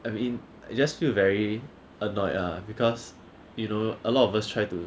I mean I just feel very annoyed lah because you know a lot of us try to